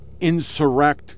insurrect